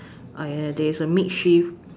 are there is a make shift